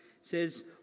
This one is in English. says